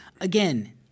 again